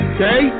Okay